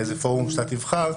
באיזה פורום שאתה תבחר,